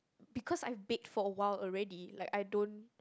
because I've baked for a while already like I don't